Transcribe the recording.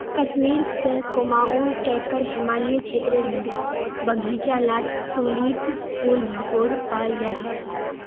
कश्मीर से कुमाऊं टेकर हिमालयी क्षेत्रेर बघिचा लात तुलिप फुल भरपूर पाल जाहा